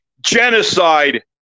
genocide